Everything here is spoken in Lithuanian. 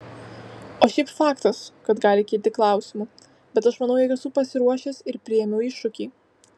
o šiaip faktas kad gali kilti klausimų bet aš manau jog esu pasiruošęs ir priėmiau iššūkį